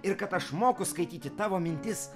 ir kad aš moku skaityti tavo mintis